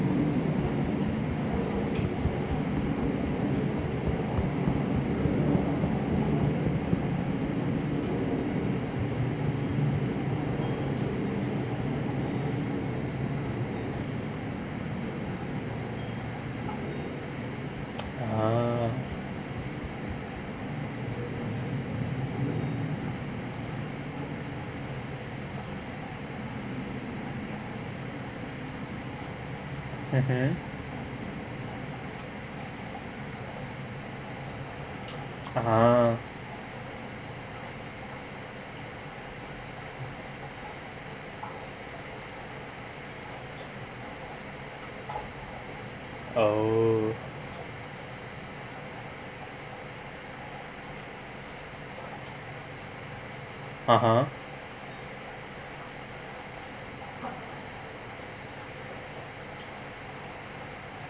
ah mmhmm (uh huh) oo (uh huh)